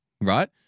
right